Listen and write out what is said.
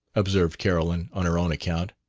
observed carolyn on her own account.